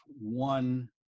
one